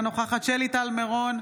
אינה נוכחת שלי טל מירון,